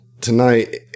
tonight